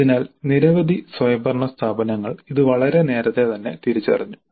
അതിനാൽ നിരവധി സ്വയംഭരണ സ്ഥാപനങ്ങൾ ഇത് വളരെ നേരത്തെ തന്നെ തിരിച്ചറിഞ്ഞു